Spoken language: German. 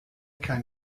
kein